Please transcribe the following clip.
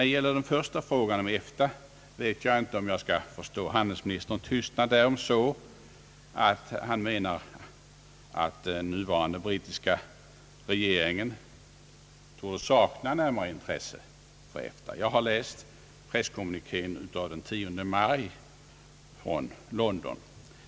Beträffande den första frågan om EFTA vet jag inte om jag skall förstå handelsministerns tystnad så att han menar att den nuvarande brittiska regeringen saknar närmare intresse för EFTA. Jag har läst presskommunikén från London av den 10 maj.